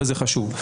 וזה חשוב.